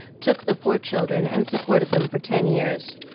took the poor children and supported them for ten years.